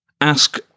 ask